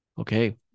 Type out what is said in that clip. Okay